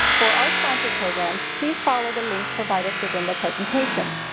for our sponsor programs, please follow the links provided within the presentation.